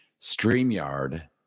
StreamYard